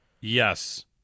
Yes